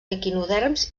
equinoderms